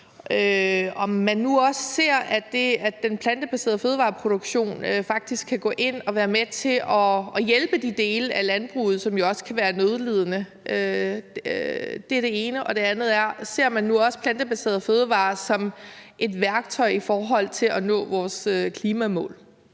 om man nu også ser, at den plantebaserede fødevareproduktion faktisk kan gå ind og være med til at hjælpe de dele af landbruget, som jo også kan være nødlidende. Det er det ene. Det andet er: Ser man nu også plantebaserede fødevarer som et værktøj i forhold til at nå vores klimamål?